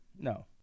No